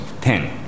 ten